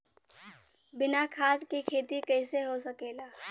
बिना खाद के खेती कइसे हो सकेला?